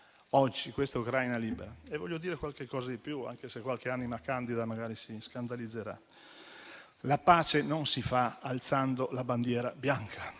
oggi, questa Ucraina libera. Voglio dire qualche cosa di più, anche se qualche anima candida magari si scandalizzerà. La pace non si fa alzando la bandiera bianca,